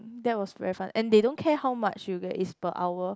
that was very fun and they don't care how much you get is per hour